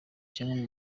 kimwe